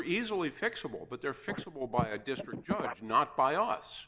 easily fixable but they're fixable by a district judge not by us